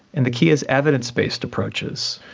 and the key is evidenced based approaches.